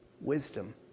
wisdom